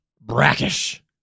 brackish